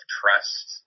trust